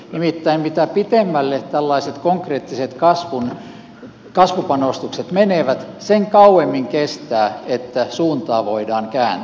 nimittäin mitä pitemmälle tällaiset konkreettiset kasvupanostukset menevät sen kauemmin kestää että suuntaa voidaan kääntää